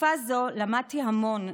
בתקופה זו למדתי המון,